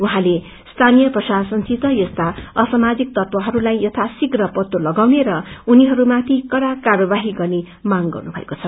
उहाँले स्थानिय प्रशासनसित यस्ता असामाजिक तत्वहरूलाई यथाशिग्र पर्त्ता लगाउने र उनिहरूमाथि कड़ा कार्यवाही गन्ने मांग गर्नु भएको छ